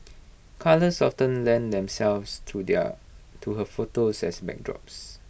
colours often lend themselves to their to her photos as backdrops